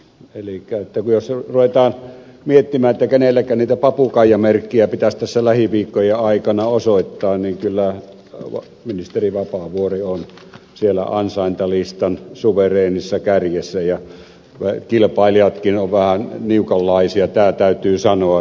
elikkä jos ruvetaan miettimään kenellekä niitä papukaijamerkkejä pitäisi tässä lähiviikkojen aikana osoittaa niin kyllä ministeri vapaavuori on siellä ansaintalistan suvereenissa kärjessä ja kilpailijatkin ovat vähän niukanlaisia tämä täytyy sanoa